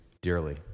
dearly